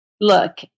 look